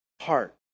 heart